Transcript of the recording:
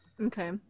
Okay